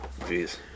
Jeez